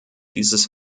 dieses